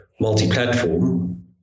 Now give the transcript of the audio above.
multi-platform